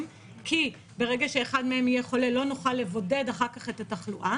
כי ברגע שאחד מהם יהיה חולה לא נוכל לבודד אחר כך את התחלואה,